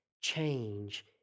change